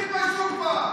תתביישו כבר.